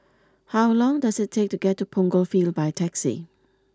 how long does it take to get to Punggol Field by taxi